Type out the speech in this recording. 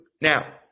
Now